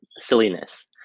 silliness